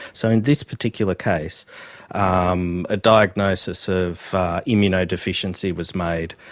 so in this particular case um a diagnosis of immunodeficiency was made,